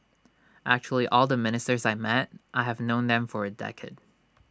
actually all the ministers I met I have known them for A decade